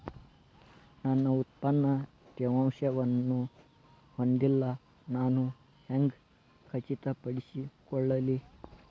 ನನ್ನ ಉತ್ಪನ್ನ ತೇವಾಂಶವನ್ನು ಹೊಂದಿಲ್ಲಾ ನಾನು ಹೆಂಗ್ ಖಚಿತಪಡಿಸಿಕೊಳ್ಳಲಿ?